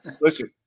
Listen